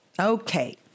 Okay